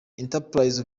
entreprise